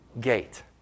gate